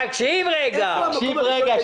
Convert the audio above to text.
תקשיב רגע, שאול.